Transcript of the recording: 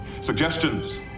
Suggestions